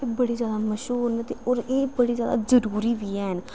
एह् बड़े ज्यादा मश्हूर न ते होर एह् बड़े ज्यादा जरूरी बी हैन